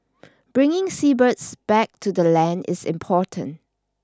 bringing seabirds back to the land is important